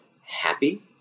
happy